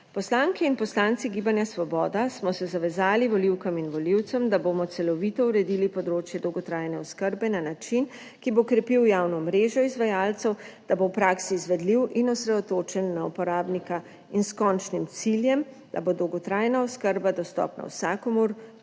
Poslanke in poslanci gibanja Svoboda smo se zavezali volivkam in volivcem, da bomo celovito uredili področje dolgotrajne oskrbe na način, ki bo krepil javno mrežo izvajalcev, da bo v praksi izvedljiv in osredotočen na uporabnika in s končnim ciljem, da bo dolgotrajna oskrba dostopna vsakomur,